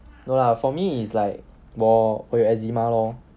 no lah for me is like more 我我有 eczema lor